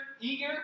eager